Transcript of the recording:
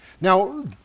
Now